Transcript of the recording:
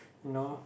you know